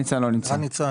הוא לא נמצא.